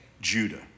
Judah